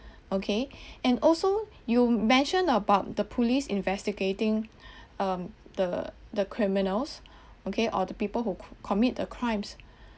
okay and also you mentioned about the police investigating um the the criminals okay or the people who commit the crimes